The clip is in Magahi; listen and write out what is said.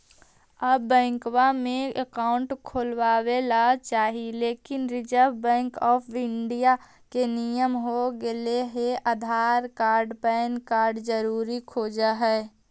आब बैंकवा मे अकाउंट खोलावे ल चाहिए लेकिन रिजर्व बैंक ऑफ़र इंडिया के नियम हो गेले हे आधार कार्ड पैन कार्ड जरूरी खोज है?